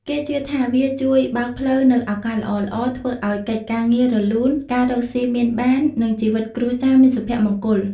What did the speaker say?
គេជឿថាវាជួយបើកផ្លូវនូវឱកាសល្អៗ ធ្វើឲ្យកិច្ចការងាររលូន ការរកស៊ីមានបាន និងជីវិតគ្រួសារមានសុភមង្គល។